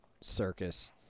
circus